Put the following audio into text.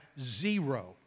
zero